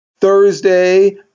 Thursday